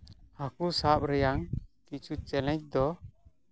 ᱦᱟᱹᱠᱩ ᱥᱟᱵ ᱨᱮᱭᱟᱜ ᱠᱤᱪᱷᱩ ᱪᱮᱞᱮᱧᱡᱽ ᱫᱚ